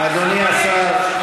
אדוני השר.